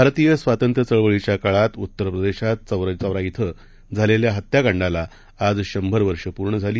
भारतीयस्वातंत्र्यचळवळीच्याकाळातउत्तरप्रदेशातचौरीचौराध्विझालेल्याहत्याकांडालाआजशंभरवर्षेपूर्णझाली